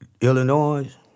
Illinois